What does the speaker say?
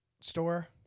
store